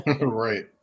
right